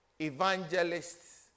evangelists